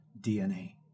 DNA